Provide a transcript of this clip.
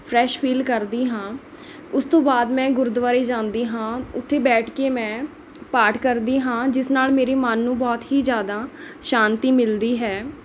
fresh feel ਕਰਦੀ ਹਾਂ ਉਸ ਤੋਂ ਬਾਅਦ ਮੈਂ ਗੁਰਦੁਆਰੇ ਜਾਂਦੀ ਹਾਂ ਉੱਥੇ ਬੈਠ ਕੇ ਮੈਂ ਪਾਠ ਕਰਦੀ ਹਾਂ ਜਿਸ ਨਾਲ ਮੇਰੇ ਮਨ ਨੂੰ ਬਹੁਤ ਹੀ ਜ਼ਿਆਦਾ ਸ਼ਾਂਤੀ ਮਿਲਦੀ ਹੈ